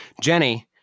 Jenny